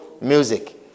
music